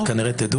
אתם כנראה תדעו.